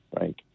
right